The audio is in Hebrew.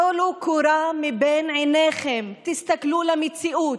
טלו קורה מבין עיניכם, תסתכלו על המציאות.